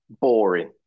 boring